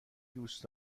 دوست